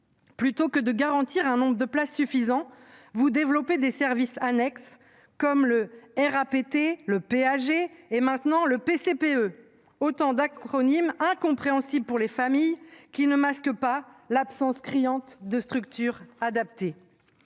Plutôt que de garantir un nombre de places suffisant, vous développez des services annexes comme la RAPT, le PAG et maintenant le PCPE, autant d'acronymes qui sont incompréhensibles pour les familles, mais qui ne masquent pas l'absence criante de structures adaptées